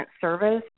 service